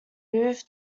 moved